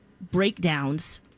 breakdowns